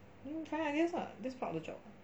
then find ideas lah that's part of the job [what]